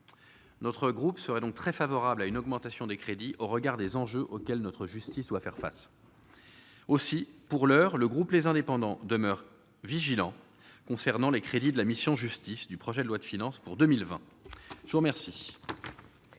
notre groupe serait donc très favorable à une augmentation des crédits au regard des enjeux auxquels notre justice doit faire face aussi, pour l'heure, le groupe les indépendants demeurent vigilants concernant les crédits de la mission Justice du projet de loi de finances pour 2020, je vous remercie.